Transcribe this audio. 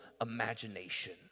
imagination